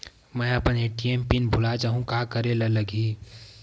मैं अपन ATM PIN भुला जहु का करे ला लगही?